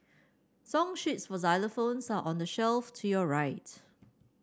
song sheets for xylophones are on the shelf to your right